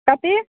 कतेक